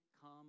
come